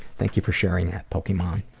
thank you for sharing that, pokemonmaster.